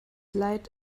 leid